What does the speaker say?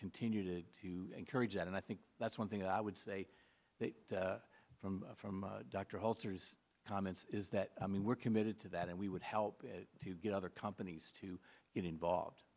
continue to to encourage that and i think that's one thing i would say that from from dr halters comments is that i mean we're committed to that and we would help to get other companies to get involved